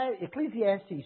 Ecclesiastes